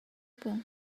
pawng